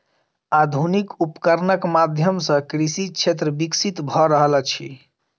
आधुनिक उपकरणक माध्यम सॅ कृषि क्षेत्र विकसित भ रहल अछि